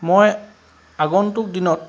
মই আগন্তুক দিনত